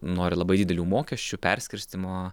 nori labai didelių mokesčių perskirstymo